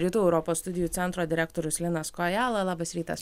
rytų europos studijų centro direktorius linas kojala labas rytas